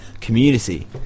Community